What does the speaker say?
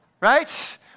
Right